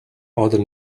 other